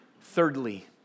Thirdly